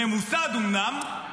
אומנם ממוסד,